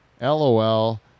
LOL